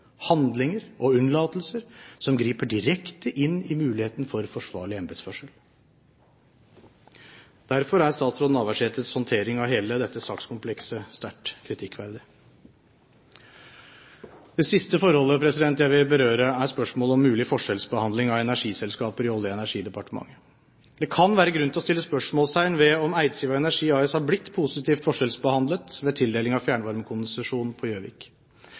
handlinger og unnlatelser som griper direkte inn i muligheten for forsvarlig embetsførsel. Derfor er statsråd Navarsetes håndtering av hele dette sakskomplekset sterkt kritikkverdig. Det siste forholdet jeg vil berøre, er spørsmålet om mulig forskjellsbehandling av energiselskaper i Olje- og energidepartementet. Det kan være grunn til å sette spørsmålstegn ved om Eidsiva Energi AS har blitt positivt forskjellsbehandlet ved tildeling av fjernvarmekonsesjon på Gjøvik.